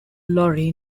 lorry